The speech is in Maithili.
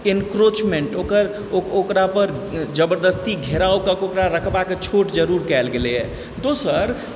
एन्क्रोचमेन्ट ओकर ओकरापर जबर्दस्ती घेरावकए कऽ ओकर रकबाकऽ छोट जरूर कैल गेलय हँ दोसर